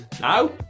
Now